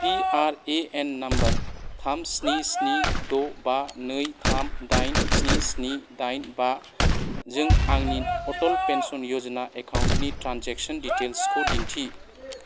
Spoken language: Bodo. पिआरएएन नम्बर थाम सिनि सिनि द बा नै थाम दाइन सिनि सिनि दाइन बा जों आंनि अटल पेन्सन यजना एकाउन्टनि ट्रेनजेक्सन डिटेइल्सखौ दिन्थि